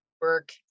work